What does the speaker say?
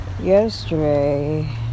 Yesterday